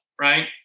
right